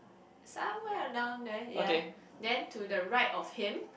somewhere or down there ya then to the right of him